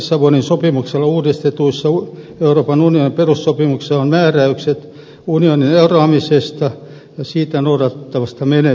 lissabonin sopimuksella uudistetuissa euroopan unionin perussopimuksessa on määräykset unionista eroamisesta ja siitä noudatettavasta menettelystä